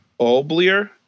Oblier